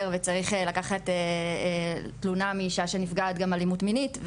וצריך לקחת תלונה מאישה שנפגעת גם אלימות מינית,